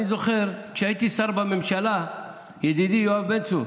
אני זוכר שכשהייתי שר בממשלה, ידידי יואב בן צור,